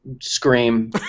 scream